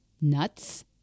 nuts